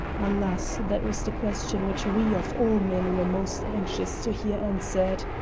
alas! that was the question which we of all men were most anxious to hear answered.